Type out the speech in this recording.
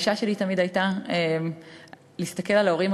הגישה שלי תמיד הייתה להסתכל על ההורים